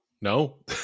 No